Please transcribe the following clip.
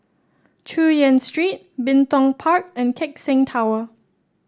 Chu Yen Street Bin Tong Park and Keck Seng Tower